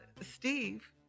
steve